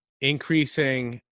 increasing